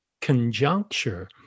conjuncture